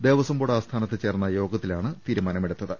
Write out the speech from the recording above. Devaswom board ആസ്ഥാനത്ത് ചേർന്ന യോഗത്തിലാണ് തീരു മാനങ്ങളെടുത്തത്